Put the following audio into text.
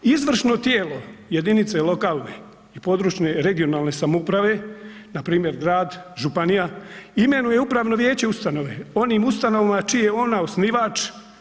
Izvršno tijelo jedinice lokalne i područne (regionalne) samouprave, npr. grad, županija imenuje upravno vijeće ustanove onim ustanovama čiji je ona osnivač.